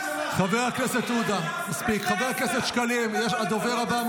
חבריי חברי הכנסת, יש פה דובר.